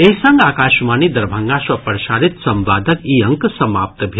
एहि संग आकाशवाणी दरभंगा सँ प्रसारित संवादक ई अंक समाप्त भेल